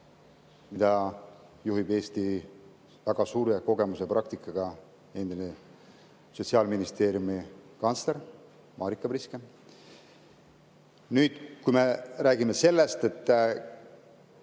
mida juhib Eestis väga suure kogemuse ja praktikaga endine Sotsiaalministeeriumi kantsler Marika Priske. Nüüd, kui me räägime sellest, et